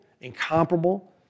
incomparable